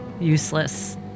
useless